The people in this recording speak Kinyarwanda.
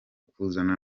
kuzana